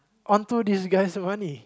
on to this guy's money